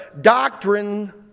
doctrine